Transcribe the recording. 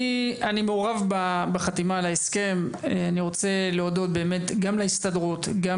מעורב בחתימה על ההסכם אני רוצה להודות באמת גם להסתדרות גם